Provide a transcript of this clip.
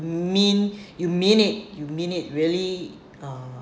mean you mean it you mean it really uh